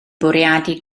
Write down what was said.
bwriadu